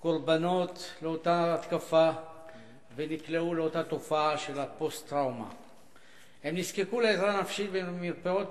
ולעלות לדוכן, וחבר הכנסת פרץ יקריא את השאלה בשלב